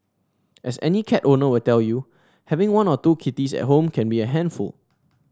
as any cat owner will tell you having one or two kitties at home can be a handful